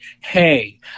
hey